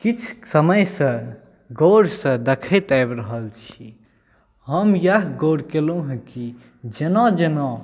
किछु समयसँ गौरसँ देखैत आबि रहल छी हम इएह गौर केलहुँ हँ कि जेना जेना